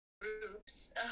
groups